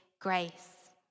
grace